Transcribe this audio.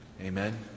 Amen